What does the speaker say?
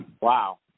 Wow